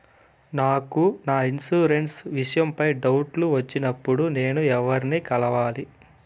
నాకు నా ఇన్సూరెన్సు విషయం పై డౌట్లు వచ్చినప్పుడు నేను ఎవర్ని కలవాలి?